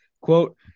Quote